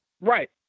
right